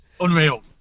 Unreal